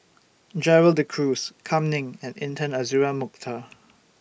Gerald De Cruz Kam Ning and Intan Azura Mokhtar